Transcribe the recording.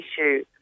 issue